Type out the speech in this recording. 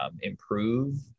improve